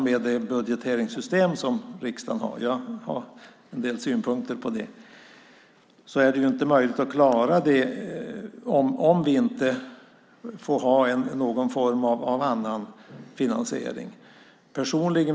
Med det budgeteringssystem som riksdagen har - jag har en del synpunkter på det - är det inte möjligt att klara av att få fram pengar till det om vi inte får ha någon form av annan finansiering.